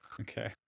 Okay